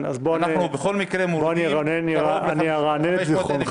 אנחנו בכל מקרה מורידים קרוב ל-800,000